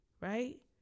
right